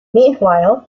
meanwhile